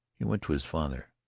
he went to his father.